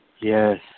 Yes